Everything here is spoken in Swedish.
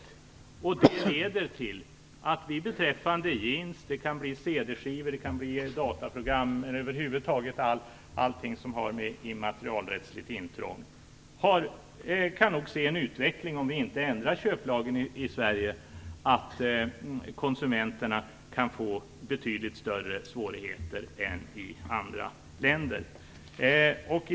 Om vi inte ändrar köplagen i Sverige kan detta leda till att vi beträffande jeans - det kan också gälla CD-skivor, dataprogram och över huvud taget allt som har med immaterialrättsligt intrång att göra - får en utveckling som gör att konsumenterna får betydligt större svårigheter än i andra länder.